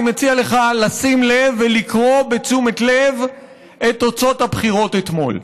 אני מציע לך לשים לב ולקרוא בתשומת לב את תוצאות הבחירות אתמול.